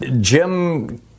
Jim